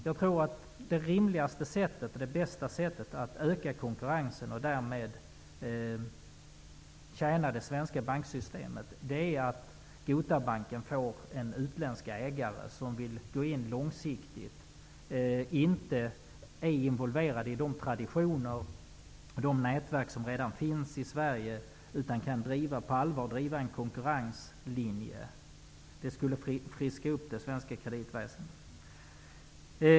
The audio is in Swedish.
Jag tror att det rimligaste och bästa sättet att öka konkurrensen och därmed tjäna det svenska banksystemet är att Gota Bank får en utländsk ägare som vill engagera sig långsiktigt. Denna ägare skall inte vara involverad i de traditioner och de nätverk som redan finns i Sverige utan på allvar driva en konkurrenslinje. Det skulle friska upp det svenska kreditväsendet.